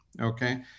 Okay